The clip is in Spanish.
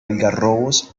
algarrobos